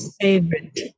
favorite